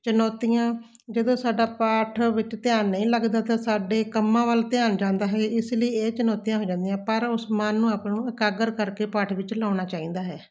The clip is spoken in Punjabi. ਚੁਣੌਤੀਆਂ ਜਦੋਂ ਸਾਡਾ ਪਾਠ ਵਿੱਚ ਧਿਆਨ ਨਹੀਂ ਲੱਗਦਾ ਤਾਂ ਸਾਡੇ ਕੰਮਾਂ ਵੱਲ ਧਿਆਨ ਜਾਂਦਾ ਹੈ ਇਸ ਲਈ ਇਹ ਚੁਨੌਤਿਆਂ ਹੋ ਜਾਂਦੀਆਂ ਪਰ ਉਸ ਮਨ ਨੂੰ ਆਪਾ ਨੂੰ ਇਕਾਗਰ ਕਰਕੇ ਪਾਠ ਵਿੱਚ ਲਾਉਣਾ ਚਾਹੀਦਾ ਹੈ